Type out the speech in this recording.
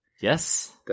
Yes